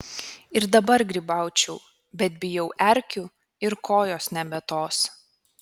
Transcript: ir dabar grybaučiau bet bijau erkių ir kojos nebe tos